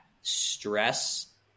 stress